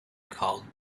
called